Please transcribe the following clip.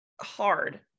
hard